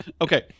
Okay